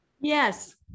Yes